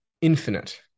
infinite